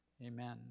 Amen